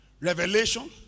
Revelation